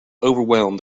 overwhelmed